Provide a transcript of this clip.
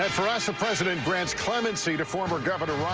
ah for us the president grants clemency to former